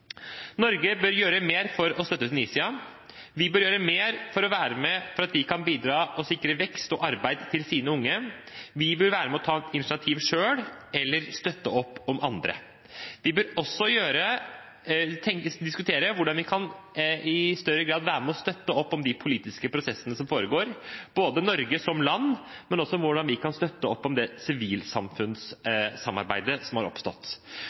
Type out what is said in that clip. Norge bør gjøre mer for å støtte Tunisia. Vi bør gjøre mer for at de kan bidra og sikre vekst og arbeid til sine unge. Vi bør være med og ta initiativ selv eller støtte opp om andre. Vi bør også diskutere hvordan vi i større grad kan være med og støtte opp om de politiske prosessene som foregår – Norge som land – men også hvordan vi kan støtte opp om det sivilsamfunnssamarbeidet som har oppstått.